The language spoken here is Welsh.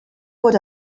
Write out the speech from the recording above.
fod